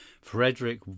Frederick